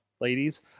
ladies